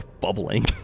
bubbling